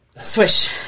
Swish